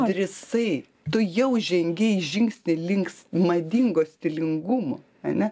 drįsai tu jau žengei žingsnį links madingo stilingumo ane